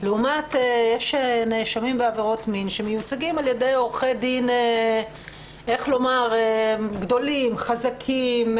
לעומת נאשמים בעבירות מין שמיוצגים על ידי עורכי דין גדולים וחזקים.